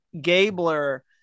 Gabler